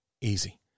easy